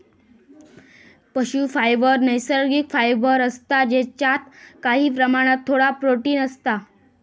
पशू फायबर नैसर्गिक फायबर असता जेच्यात काही प्रमाणात थोडा प्रोटिन असता